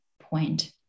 point